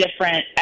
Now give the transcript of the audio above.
different